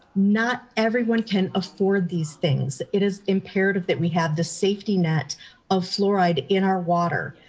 not everyone can afford these things. it is imperative that we have the safety net of fluoride in our water.